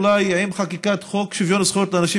אולי עם חקיקת חוק שוויון זכויות לאנשים